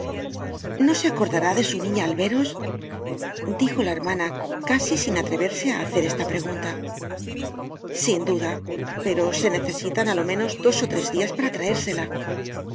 no se acordará de su niña al veros dijo la hermana casi sin atreverse á hacer esta pregunta sin duda pero se necesitan á lo menos dos ó tres dias para traérsela